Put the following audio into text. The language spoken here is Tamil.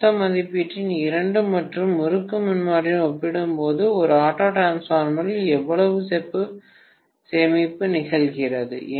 ஒத்த மதிப்பீட்டின் இரண்டு முறுக்கு மின்மாற்றியுடன் ஒப்பிடும்போது ஒரு ஆட்டோ டிரான்ஸ்பார்மரில் எவ்வளவு செப்பு சேமிப்பு நிகழ்கிறது